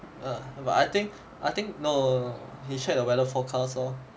but I think I think no you check the weather forecast lor